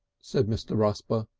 said mr. rusper.